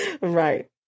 right